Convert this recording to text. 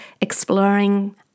Exploring